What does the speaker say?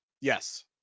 Yes